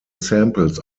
samples